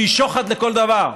שהיא שוחד לכל דבר: